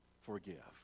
forgive